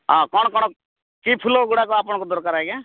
ହଁ କ'ଣ କ'ଣ କି ଫୁଲଗୁଡ଼ାକ ଆପଣଙ୍କୁ ଦରକାର ଆଜ୍ଞା